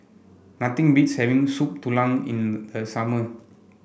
nothing beats having Soup Tulang in the a summer